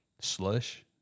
slush